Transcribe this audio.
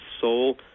soul